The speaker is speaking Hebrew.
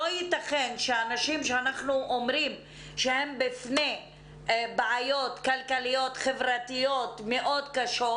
לא יתכן שאנשים שאנחנו אומרים שהם בפני בעיות כלכליות חברתיות מאוד קשות